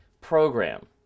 program